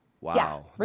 Wow